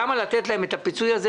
למה לתת להם את הפיצוי הזה?